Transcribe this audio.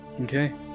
Okay